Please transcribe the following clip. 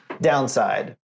downside